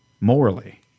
morally